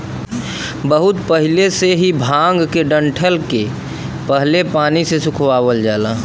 बहुत पहिले से ही भांग के डंठल के पहले पानी से सुखवावल जाला